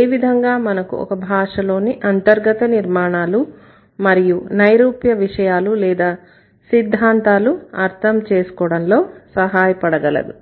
ఏ విధంగా మనకు ఒక భాషలోని అంతర్గత నిర్మాణాలు మరియు నైరూప్య విషయాలు లేదా సిద్ధాంతాలు అర్ధం చేసుకోవడంలో సహాయపడగలదు